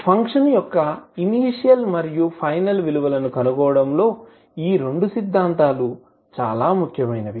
function యొక్క initial మరియు final విలువలను కనుగొనడంలో ఈ రెండు సిద్ధాంతాలు చాలా ముఖ్యమైనవి